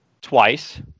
twice